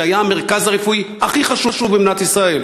שהיה המרכז הרפואי הכי חשוב במדינת ישראל,